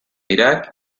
irak